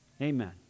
amen